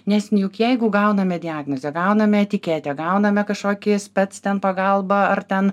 nes juk jeigu gauname diagnozę gauname etiketę gauname kažkokį spec ten pagalbą ar ten